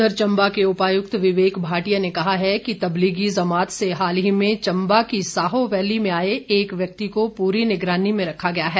उधर चम्बा के उपायुक्त विवेक भाटिया ने कहा है कि तबलीगी जमात से हाल ही में चम्बा की साहो वैली में आए एक व्यक्ति को पूरी निगरानी में रखा गया है